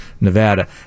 Nevada